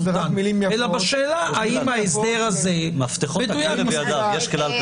אלא בשאלה אם ההסדר הזה מדויק מספיק.